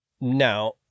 Now